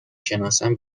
شناسم